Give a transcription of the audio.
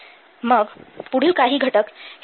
मग पुढील काही घटक हे रिस्क्स आहे